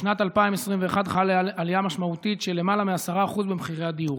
בשנת 2021 חלה עלייה משמעותית של למעלה מ-10% במחירי הדיור.